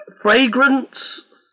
fragrance